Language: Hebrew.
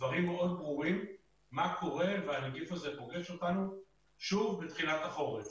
מאוד ברורים מה קורה אם הנגיף הזה פוגש אותנו שוב בתחילת החורף.